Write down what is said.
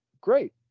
Great